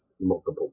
multiple